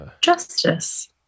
justice